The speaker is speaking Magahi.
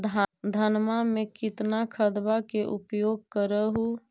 धानमा मे कितना खदबा के उपयोग कर हू?